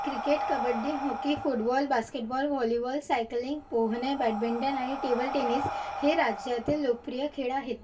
cricket kabaddi hockey football basketball volleyball cycling पोहणे badminton आणि table tennis हे राज्यातील लोकप्रिय खेळ आहेत